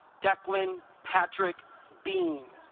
declan patrick beam